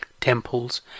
temples